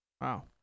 Wow